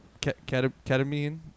ketamine